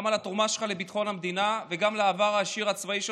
גם על התרומה שלך לביטחון המדינה וגם על העבר העשיר הצבאי שלך,